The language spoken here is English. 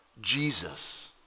Jesus